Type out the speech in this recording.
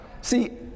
See